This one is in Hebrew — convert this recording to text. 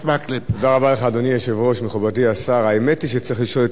האמת היא שצריך לשאול את יושב-ראש הכנסת מתי אמורות להיות הבחירות,